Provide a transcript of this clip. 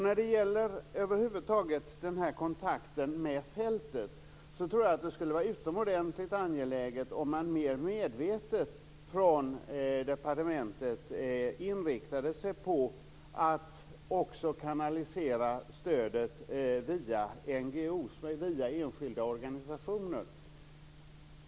När det gäller kontakten med fältet över huvud taget, tror jag att det skulle vara utomordentligt angeläget om man från departementet mer medvetet inriktade sig på att också kanalisera stödet via NGO, via enskilda organisationer.